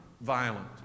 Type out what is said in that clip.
violent